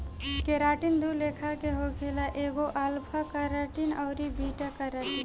keratin दू लेखा के होखेला एगो अल्फ़ा केराटिन अउरी बीटा केराटिन